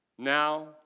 now